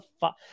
fuck